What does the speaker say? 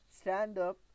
stand-up